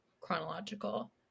chronological